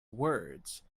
words